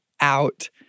out